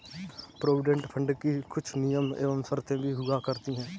provident fund की कुछ नियम एवं शर्तें भी हुआ करती हैं